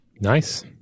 Nice